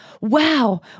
wow